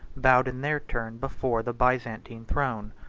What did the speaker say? bowed in their turn before the byzantine throne.